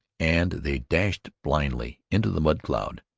and they dashed blindly into the mud-cloud.